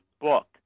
book